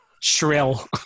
shrill